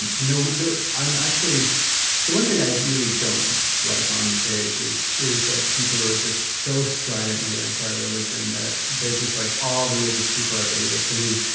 and you know, i'm actually the one thing i really don't like on the page is is like people who are just so stridently anti-religion that they're just like all religious people are idiots. i mean,